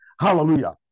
Hallelujah